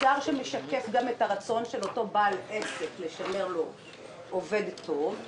מוצר שמשקף גם את הרצון של אותו בעל עסק לשמר לו עובד טוב,